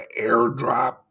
airdrop